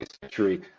century